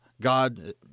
God